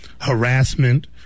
harassment